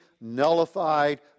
nullified